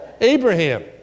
Abraham